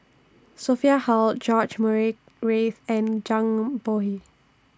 Sophia Hull George Murray Reith and Zhang Bohe